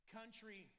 Country